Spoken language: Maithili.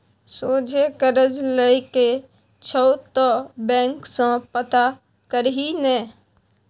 सोझे करज लए के छौ त बैंक सँ पता करही ने